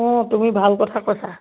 অঁ তুমি ভাল কথা কৈছা